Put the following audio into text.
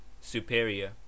superior